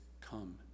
come